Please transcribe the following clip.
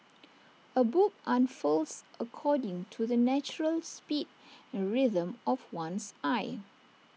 A book unfurls according to the natural speed and rhythm of one's eye